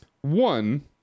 One